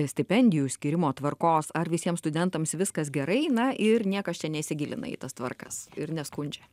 stipendijų skyrimo tvarkos ar visiems studentams viskas gerai na ir niekas čia neįsigilina į tas tvarkas ir neskundžia